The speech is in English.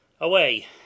Away